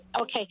okay